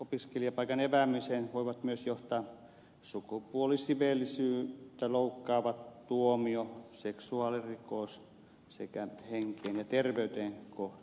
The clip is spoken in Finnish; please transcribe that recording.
opiskelijapaikan epäämiseen voivat myös johtaa sukupuolisiveellisyyttä loukkaava tuomio seksuaalirikos sekä henkeen ja terveyteen kohdistuneet rikokset